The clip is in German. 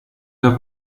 der